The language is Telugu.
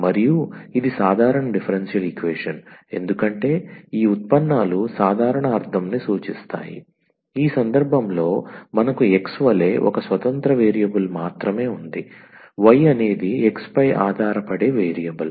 మరియు ఇది సాధారణ డిఫరెన్షియల్ ఈక్వేషన్ ఎందుకంటే ఈ ఉత్పన్నాలు సాధారణ అర్ధంని సూచిస్తాయి ఈ సందర్భంలో మనకు x వలె ఒక స్వతంత్ర వేరియబుల్ మాత్రమే ఉంది y అనేది x పై ఆధారపడే వేరియబుల్